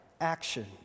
action